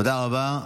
תודה רבה.